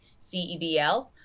cebl